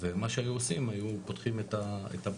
ומה שהיו עושים היו פותחים את הבור,